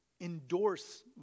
endorse